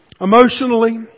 Emotionally